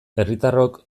herritarrok